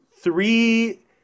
three